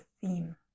theme